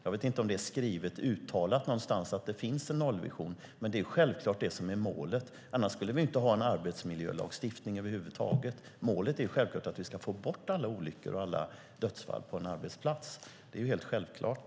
Jag vet inte om det är skrivet eller uttalat någonstans att det finns en nollvision, men det är självklart det som är målet. Annars skulle vi inte ha en arbetsmiljölagstiftning över huvud taget. Målet är självklart att vi ska få bort alla olyckor och dödsfall på en arbetsplats. Det är helt självklart.